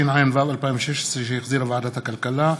התשע"ו 2016, שהחזירה ועדת הכלכלה,